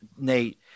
Nate